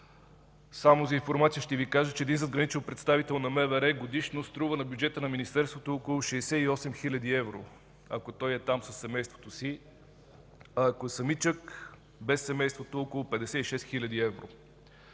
Само за информация ще Ви кажа, че един задграничен представител на МВР годишно струва на бюджета на министерството около 68 хил. евро, ако той е там със семейството си. Ако е самичък, без семейството – около 56 хил. евро.